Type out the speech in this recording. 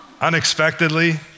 Unexpectedly